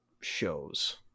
shows